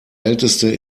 älteste